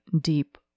deep